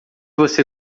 você